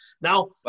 Now